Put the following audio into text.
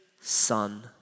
son